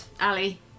ali